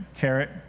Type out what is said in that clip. carrot